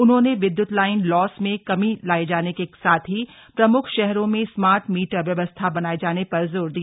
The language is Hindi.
उन्होंने विद्युत लाइन लॉस में कमी लाये जाने के साथ ही प्रमुख शहरों में स्मार्ट मीटर व्यवस्था बनाये जाने पर जोर दिया